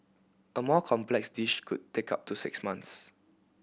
a more complex dish could take up to six months